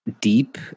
deep